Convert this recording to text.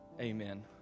amen